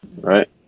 right